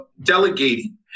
delegating